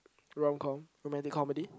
romcom romantic comedy